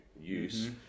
use